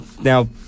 Now